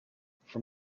from